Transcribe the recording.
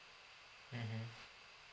mmhmm